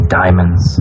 diamonds